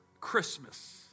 Christmas